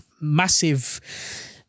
massive